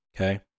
Okay